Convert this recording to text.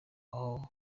aho